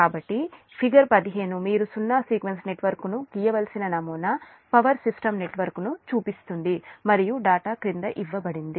కాబట్టి ఫిగర్ 15 మీరు సున్నా సీక్వెన్స్ నెట్వర్క్ను గీయవలసిన నమూనా పవర్ సిస్టమ్ నెట్వర్క్ను చూపిస్తుంది మరియు డేటా క్రింద ఇవ్వబడింది